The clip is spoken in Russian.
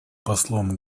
послом